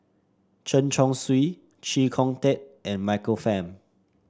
Chen Chong Swee Chee Kong Tet and Michael Fam